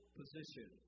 position